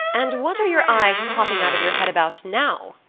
and what are your eyes popping out of your head about. now?